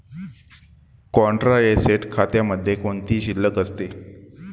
Contra asset खात्यामध्ये कोणती शिल्लक असते?